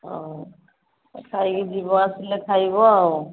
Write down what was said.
ହଁ ଖାଇକି ଯିବ ଆସିଲେ ଖାଇବ ଆଉ